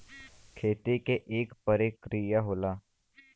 खेती के इक परिकिरिया होला